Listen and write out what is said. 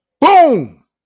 Boom